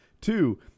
Two